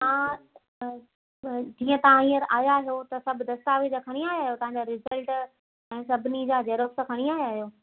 मां जीअं तव्हां आया आहियो त सभु दस्तावेज़ खणी आया आहियो तव्हांजा रिजल्ट ऐं सभिनी जा जेरॉक्स खणी आया आहियो